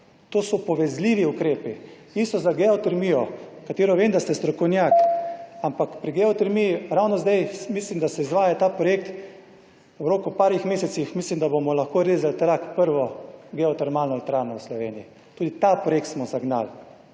To so povezljivi ukrepi in so za geotermijo, katero vem, da ste strokovnjak, ampak pri geotermiji ravno zdaj mislim, da se izvaja ta projekt v roku parih mesecih, mislim, da bomo lahko rezali trak, prvo geotermalno elektrarno v Sloveniji. Tudi ta projekt smo zagnali.